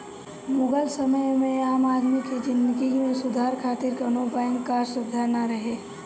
मुगल समय में आम आदमी के जिंदगी में सुधार खातिर कवनो बैंक कअ सुबिधा ना रहे